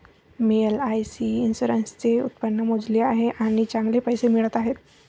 मी LIC इन्शुरन्सचे उत्पन्न मोजले आहे आणि चांगले पैसे मिळत आहेत